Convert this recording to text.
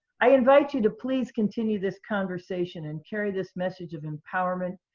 i invite you the please continue this conversation and carry this message of empowerment,